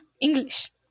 English